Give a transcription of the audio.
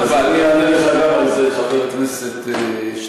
אז אני אענה לך גם על זה, חבר הכנסת שטרן.